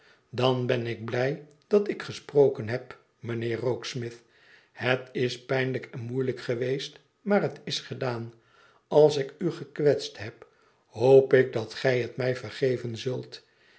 beklaagd hebt idanbenik blij dat ik gesproken heb mijnheer rokesmith het is pijnlijk en moeilijk geweest maar het is gedaan als ik u gekwetst heb hoop ik dat gij het mij vergeven zult